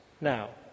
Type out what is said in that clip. Now